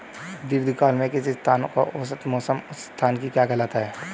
दीर्घकाल में किसी स्थान का औसत मौसम उस स्थान की क्या कहलाता है?